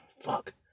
fuck